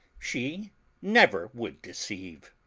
she never would deceive,